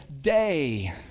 day